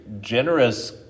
generous